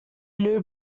new